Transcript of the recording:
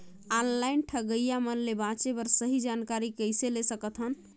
Online ठगईया मन ले बांचें बर सही जानकारी कइसे ले सकत हन?